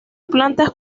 plantas